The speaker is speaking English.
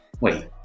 Wait